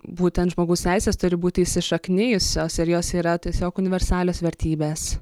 būtent žmogaus teisės turi būti įsišaknijusios ir jos yra tiesiog universalios vertybės